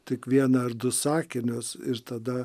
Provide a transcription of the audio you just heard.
tik vieną ar du sakinius ir tada